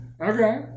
Okay